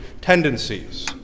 tendencies